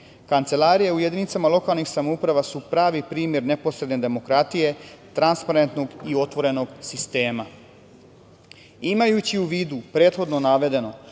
Kancelarije u jedinicama lokalne samouprave su pravi primer neposredne demokratije, transparentnog i otvorenog sistema. Imajući u vidu prethodno navedeno,